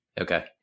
Okay